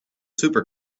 super